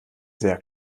sehr